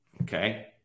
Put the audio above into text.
Okay